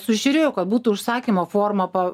sužiūrėjo kad būtų užsakymo forma pa